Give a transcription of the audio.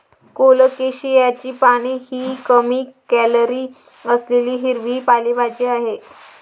कोलोकेशियाची पाने ही कमी कॅलरी असलेली हिरवी पालेभाजी आहे